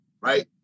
right